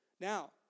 Now